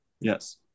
yes